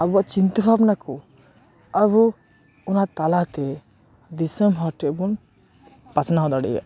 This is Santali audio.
ᱟᱵᱚᱭᱟᱜ ᱪᱤᱱᱛᱟᱹ ᱵᱷᱟᱵᱱᱟ ᱠᱚ ᱟᱵᱚ ᱚᱱᱟ ᱛᱟᱞᱟᱛᱮ ᱫᱤᱥᱚᱢ ᱦᱚᱲ ᱴᱷᱮᱱ ᱵᱚᱱ ᱯᱟᱥᱱᱟᱣ ᱫᱟᱲᱮᱭᱟᱜᱼᱟ